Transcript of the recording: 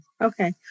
Okay